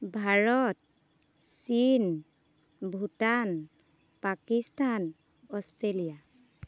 Bharat Chin Bhutan Pakistan Australia